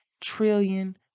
trillion